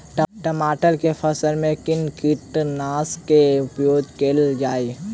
टमाटर केँ फसल मे कुन कीटनासक केँ प्रयोग कैल जाय?